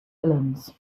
villains